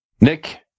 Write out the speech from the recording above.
Nick